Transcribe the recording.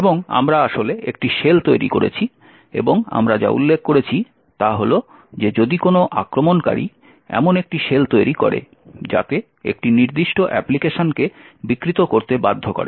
এবং আমরা আসলে একটি শেল তৈরি করেছি এবং আমরা যা উল্লেখ করেছি তা হল যে যদি কোনও আক্রমণকারী এমন একটি শেল তৈরি করে যাতে একটি নির্দিষ্ট অ্যাপ্লিকেশনকে বিকৃত করতে বাধ্য করে